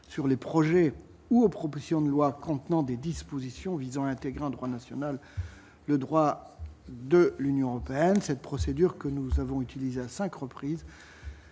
sur les projets ou aux propositions de loi contenant des dispositions visant à intégrer en droit national, le droit de l'Union européenne, cette procédure que nous avons utilisées à 5 reprises.